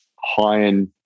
high-end